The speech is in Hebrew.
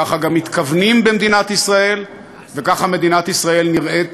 ככה גם מתכוונים במדינת ישראל וככה מדינת ישראל נראית